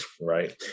Right